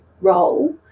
role